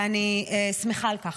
ואני שמחה על כך,